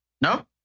No